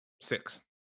six